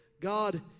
God